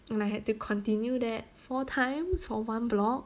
and I had to continue that four times for one block